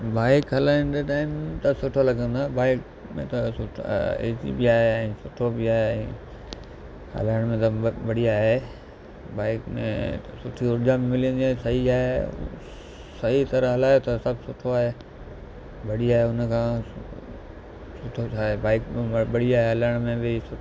bike हलाईंदे time त सुठो लॻंदो आहे बाइक में त सुठो ईज़ी बि आहे ऐं सुठो बि आहे हलाइण में त बढ़िया आहे बाइक में सुठी ऊर्जा मिलंदी आहे सही आहे सही तरह हलायो त सभु सुठो आहे बढ़िया आहे उन सां सुठो छा आहे बाइक में बढ़िया आहे हलाइण में बि सुठ